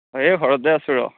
এই ঘৰতে আছো ৰ